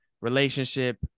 relationship